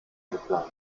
geplant